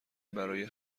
برای